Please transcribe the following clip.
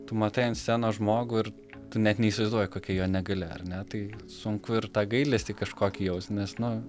tu matai ant scenos žmogų ir tu net neįsivaizduoji kokia jo negalia ar ne tai sunku ir tą gailestį kažkokį jaust nes nu